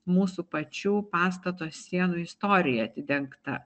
mūsų pačių pastato sienų istorija atidengta